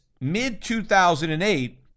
mid-2008